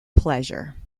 pleasure